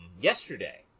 yesterday